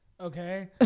okay